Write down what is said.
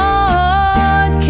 Lord